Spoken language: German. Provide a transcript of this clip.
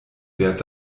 wert